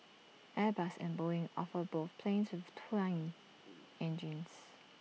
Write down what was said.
airbus and boeing offer both planes with twin engines